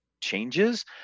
changes